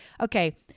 Okay